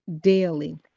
daily